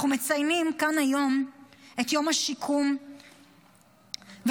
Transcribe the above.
אנחנו מציינים כאן היום את יום השיקום ותקומת